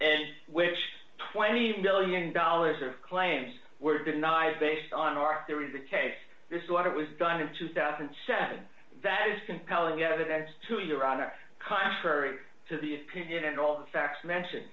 and with twenty million dollars of claims were denied based on our theory the case this water was done in two thousand and seven that is compelling evidence to your honor contrary to the opinion and all the facts mentioned